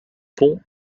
pont